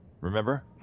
Remember